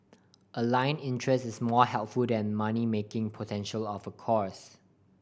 align interest is more helpful than money making potential of a course